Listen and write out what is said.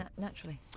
Naturally